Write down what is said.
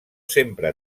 sempre